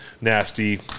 nasty